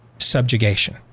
subjugation